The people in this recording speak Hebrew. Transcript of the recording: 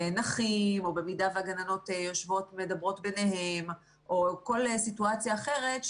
נחים או במידה שהגננות יושבות ומדברות ביניהן או כל סיטואציה אחרת,